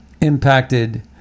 Impacted